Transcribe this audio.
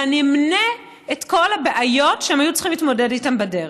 ואני אמנה את כל הבעיות שהם היו צריכים להתמודד איתן בדרך: